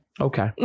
Okay